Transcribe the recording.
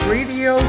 Radio